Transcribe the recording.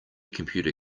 computer